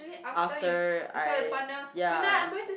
after I ya